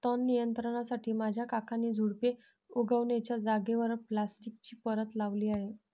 तण नियंत्रणासाठी माझ्या काकांनी झुडुपे उगण्याच्या जागेवर प्लास्टिकची परत लावली आहे